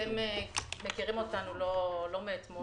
אתם מכירים אותנו לא מאתמול.